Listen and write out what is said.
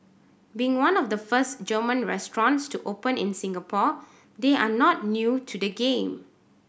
being one of the first German restaurants to open in Singapore they are not new to the game